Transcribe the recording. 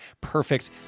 perfect